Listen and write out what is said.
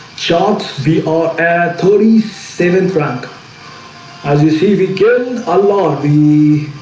shots we are at thirty seven front as you see we killed a lot of the